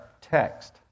text